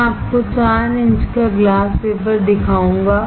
मैं आपको 4 इंच का ग्लास वेफर दिखाऊंगा